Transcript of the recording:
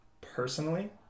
personally